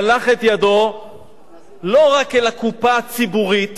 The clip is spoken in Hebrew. שלח את ידו לא רק אל הקופה הציבורית